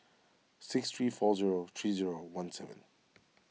six three four zero three zero one seven